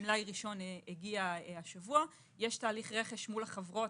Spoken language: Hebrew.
מלאי ראשון הגיע השבוע, יש תהליך רכש מול החברות,